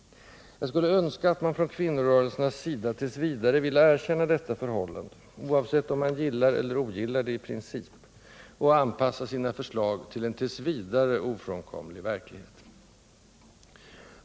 Jag skulle önska att man från kvinnorörel sernas sida trots allt ville erkänna detta förhållande, oavsett om man gillar eller ogillar det i princip, och anpassa sina förslag till en än så länge ofrånkomlig verklighet.